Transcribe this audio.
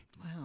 Wow